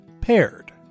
Paired